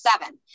seven